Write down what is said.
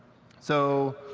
so